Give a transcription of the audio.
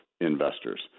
investors